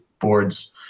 boards